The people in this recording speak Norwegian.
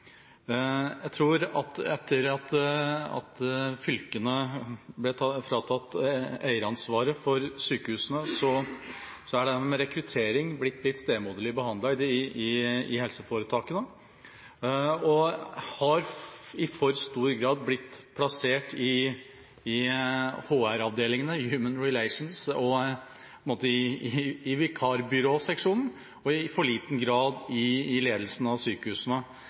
Jeg tror at etter at fylkene ble fratatt eieransvaret for sykehusene, er det med rekruttering blitt litt stemoderlig behandlet i helseforetakene og har i for stor grad blitt plassert i HR-avdelingene, Human Resources, og i vikarbyråseksjonen og i for liten grad i ledelsen i sykehusene.